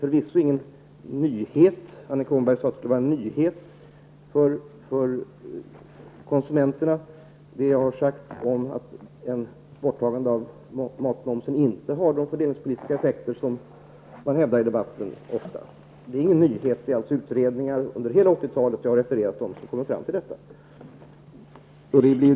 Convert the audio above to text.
Annika Åhnberg sade att det skulle vara en nyhet för konsumenterna, men det är det förvisso inte, att matmomsen inte har de fördelningspolitiska effekter som ofta hävdas i debatten. Det är ingen nyhet, utan det är vad utredningar under hela åttiotalet som jag har refererat till har kommit fram till.